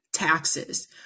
taxes